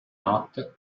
notte